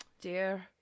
dear